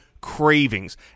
cravings